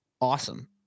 awesome